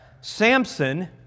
Samson